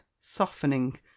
softening